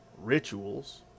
rituals